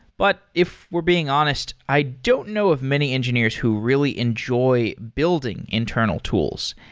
but if we're being honest, i don't know of many engineers who really enjoy building internal tools.